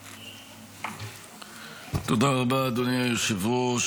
תודה רבה, אדוני היושב-ראש.